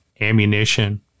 ammunition